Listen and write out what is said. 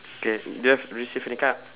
K do you have receive any card